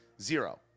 Zero